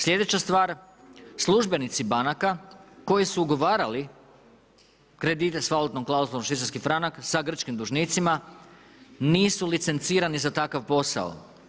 Sljedeća stvar, službenici banaka koji su ugovarali kredite sa valutnom klauzulom švicarski franak sa grčkim dužnicima nisu licencirani za takav posao.